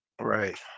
right